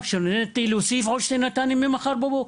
לראיה שנענתי להוסיף עוד שני ניידות טיפול נמרץ ממחר בבוקר.